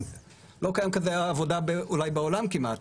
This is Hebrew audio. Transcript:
אולי לא קיימת עבודה כזו בעולם כמעט.